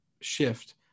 shift